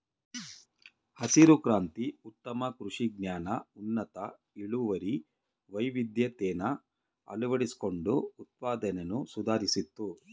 ಹಸಿರು ಕ್ರಾಂತಿ ಉತ್ತಮ ಕೃಷಿ ಜ್ಞಾನ ಉನ್ನತ ಇಳುವರಿ ವೈವಿಧ್ಯತೆನ ಅಳವಡಿಸ್ಕೊಂಡು ಉತ್ಪಾದ್ನೆ ಸುಧಾರಿಸ್ತು